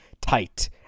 tight